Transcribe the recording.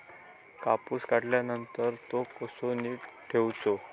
कापूस काढल्यानंतर तो कसो नीट ठेवूचो?